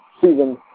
season